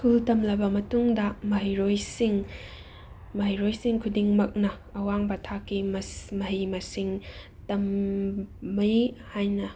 school ꯇꯝꯂꯕ ꯃꯇꯨꯡꯗ ꯃꯍꯩꯔꯣꯏꯁꯤꯡ ꯃꯍꯩꯔꯣꯏꯁꯤꯡ ꯈꯨꯗꯤꯡꯃꯛꯅ ꯑꯋꯥꯡꯕ ꯊꯥꯛꯀꯤ ꯃꯍꯩ ꯃꯁꯤꯡ ꯇꯝꯃꯤ ꯍꯥꯏꯅ